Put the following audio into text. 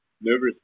nervous